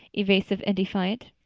evasive and defiant.